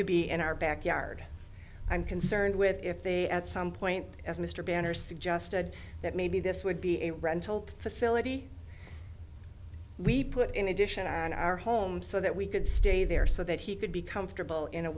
to be in our backyard i'm concerned with if they at some point as mr banner suggested that maybe this would be a rental facility we put in addition on our home so that we could stay there so that he could be comfortable in a